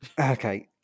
okay